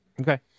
Okay